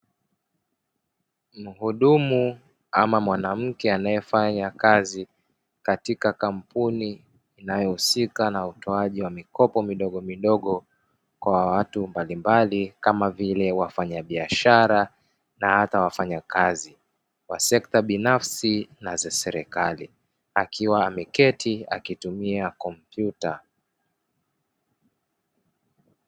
Muhudumu ama mwanamke anayefanya kazi katika kampuni inayohusika na utoaji wa mikopo midogomidogo kwa watu mbalimbali, kama vile wafanyabiashara na hata wafanyakazi wa sekta binafsi na za serikali, akiwa ameketi akitumia kompyuta.